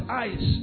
eyes